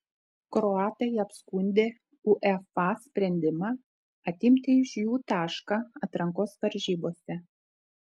kroatai apskundė uefa sprendimą atimti iš jų tašką atrankos varžybose